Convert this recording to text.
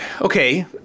Okay